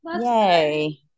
yay